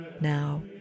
now